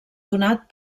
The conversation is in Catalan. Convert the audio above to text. donat